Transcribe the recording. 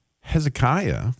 Hezekiah